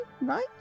right